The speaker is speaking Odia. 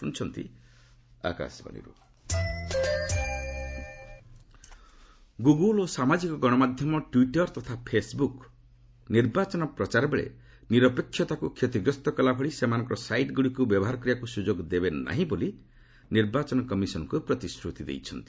ଇସି ସୋସିଆଲ୍ ମିଡିଆ ଗୁଗୁଲ ଓ ସାମାଜିକ ଗଣମାଧ୍ୟମ ଟ୍ୱିଟର ତଥା ଫେସ୍ବୁକ୍ ନିର୍ବାଚନ ପ୍ରଚାର ବେଳେ ନିରପେକ୍ଷତାକୁ କ୍ଷତିଗ୍ରସ୍ତ କଲାଭଳି ସେମାନଙ୍କର ସାଇଟ୍ଗୁଡ଼ିକୁ ବ୍ୟବହାର କରିବାକୁ ସୁଯୋଗ ଦେବେନାହିଁ ନାହିଁ ବୋଲି ନିର୍ବାଚନ କମିଶନ୍ଙ୍କୁ ପ୍ରତିଶ୍ରତି ଦେଇଛନ୍ତି